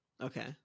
Okay